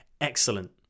Excellent